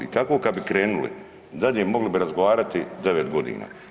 I tako kad bi krenuli, dalje mogli bi razgovarati 9 godina.